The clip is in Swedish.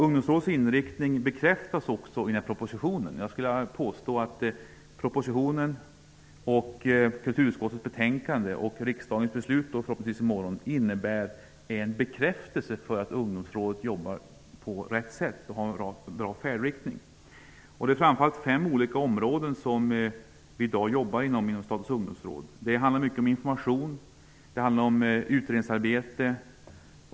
Ungdomsrådets inriktning bekräftas också i propositionen. Jag skulle vilja påstå att propositionen, kulturutskottets betänkande och riksdagens beslut i morgon innebär en bekräftelse på att Ungdomsrådet arbetar på rätt sätt och har en bra färdriktning. Vi arbetar inom Statens ungdomsråd för närvarande framför allt inom fem områden. Det handlar mycket om information och om utredningsarbete.